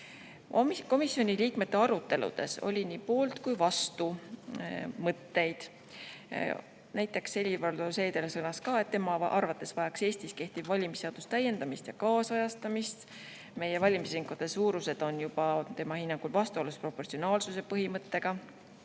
Komisjoni liikmete [sõnavõttudes] oli nii poolt- kui ka vastumõtteid. Näiteks Helir-Valdor Seeder sõnas, et tema arvates vajaks Eestis kehtiv valimisseadus täiendamist ja kaasajastamist. Meie valimisringkondade suurused on tema hinnangul vastuolus proportsionaalsuse põhimõttega.